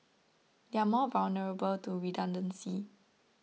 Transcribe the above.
they are more vulnerable to redundancy